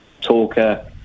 talker